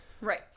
Right